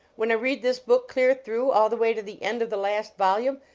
when i read this book clear through, all the way to the end of the last volume,